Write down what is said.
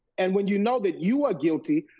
and when you know that you are guilty,